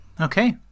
okay